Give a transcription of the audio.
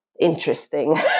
interesting